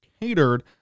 catered